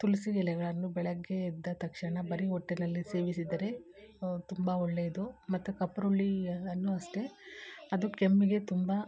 ತುಳಸಿ ಎಲೆಗಳನ್ನು ಬೆಳಗ್ಗೆ ಎದ್ದ ತಕ್ಷಣ ಬರಿ ಹೊಟ್ಟೆನಲ್ಲಿ ಸೇವಿಸಿದರೆ ತುಂಬ ಒಳ್ಳೇದು ಮತ್ತು ಕಪ್ರುಳ್ಳೀ ಅನ್ನು ಅಷ್ಟೇ ಅದು ಕೆಮ್ಮಿಗೆ ತುಂಬ